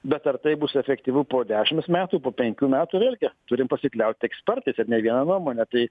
bet ar tai bus efektyvu po dešims metų po penkių metų vėlgi turim pasikliautiekspertais ir ne viena nuomone tai